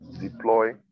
Deploy